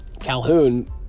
Calhoun